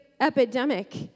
epidemic